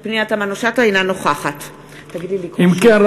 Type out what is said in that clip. אינה נוכחת אם כן,